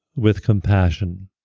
with compassion